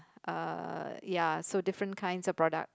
uh ya so different kinds of product